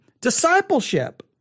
discipleship